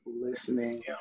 listening